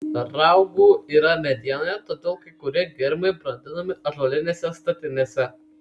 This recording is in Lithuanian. raugų yra medienoje todėl kai kurie gėrimai brandinami ąžuolinėse statinėse